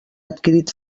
adquirit